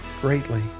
greatly